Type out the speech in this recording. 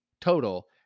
total